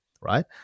right